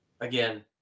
again